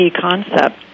concept